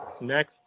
Next